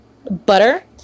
Butter